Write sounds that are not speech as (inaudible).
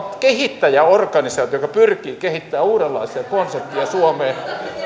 (unintelligible) kehittäjäorganisaatio joka pyrkii kehittämään uudenlaisia konsepteja suomeen